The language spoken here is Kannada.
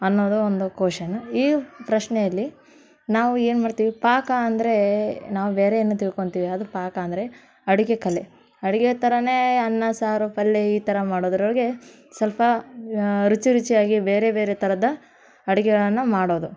ಅನ್ನೋದು ಒಂದು ಕೋಶನ್ ಈ ಪ್ರಶ್ನೆಯಲ್ಲಿ ನಾವು ಏನು ಮಾಡ್ತೀವಿ ಪಾಕ ಅಂದ್ರೆ ನಾವು ಬೇರೆ ಏನೋ ತಿಳ್ಕೋತೀವಿ ಅದು ಪಾಕ ಅಂದರೆ ಅಡುಗೆ ಕಲೆ ಅಡುಗೆ ಥರವೇ ಅನ್ನ ಸಾರು ಪಲ್ಯ ಈ ಥರ ಮಾಡೋದ್ರೊಳಗೆ ಸ್ವಲ್ಪ ರುಚಿ ರುಚಿಯಾಗಿ ಬೇರೆ ಬೇರೆ ಥರದ ಅಡುಗೆಗಳನ್ನು ಮಾಡೋದು